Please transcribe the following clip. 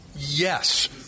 Yes